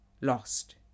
lost